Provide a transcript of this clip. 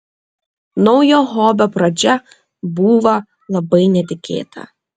naujo hobio pradžia būva labai netikėta